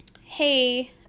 hey